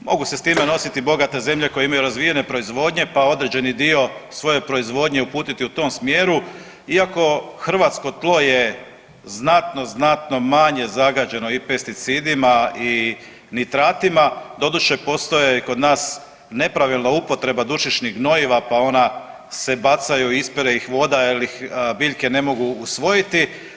Mogu se s time nositi bogate zemlje koje imaju razvijene proizvodnje, pa određeni dio svoje proizvodnje uputiti u tom smjeru, iako hrvatsko tlo je znatno, znatno manje zagađeno i pesticidima i nitratima, doduše postoje kod nas nepravilna upotreba dušičnih gnojiva, pa ona se bacaju, ispire ih voda, il ih biljke ne mogu usvojiti.